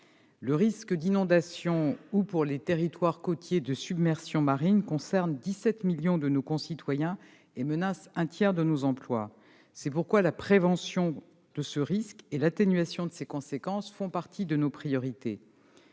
Le risque d'inondation ou, pour les territoires côtiers, de submersion marine concerne 17 millions de nos concitoyens et menace un tiers de nos emplois. C'est pourquoi la prévention de ce risque et l'atténuation de ses conséquences font partie de nos priorités.